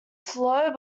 slow